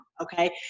okay